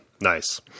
Nice